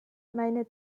meine